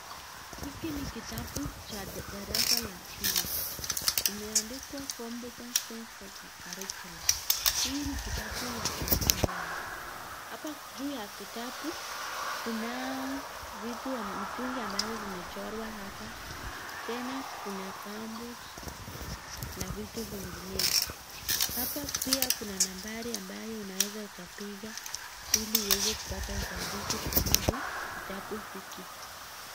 Hiki ni kitabu cha darrasa la pili. Imeandikwa competence based carriculum . Hii ni kitabu ya environment . Hapa juu ya kitabu kunao mitungi ambazo zimechorwa hapa. Tena kuna gambut na vitu vinginevyo. Hapa pia kuna nambari ambayo unaweza ukapiga ili uweze kupata usaidizi kuhusu kitabu hiki.